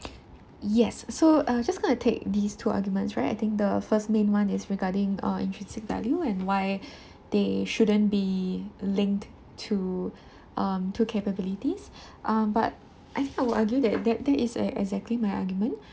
yes so uh just going to take these two arguments right I think the first main one is regarding uh intrinsic value and why they shouldn't be linked to um to capabilities um but I think I will argue that that is e~ exactly my argument